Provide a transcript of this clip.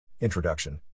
Introduction